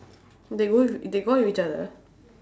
they go with they go with each other